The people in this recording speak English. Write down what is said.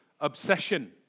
obsession